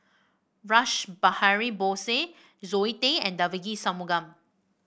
Rash Behari Bose Zoe Tay and Devagi Sanmugam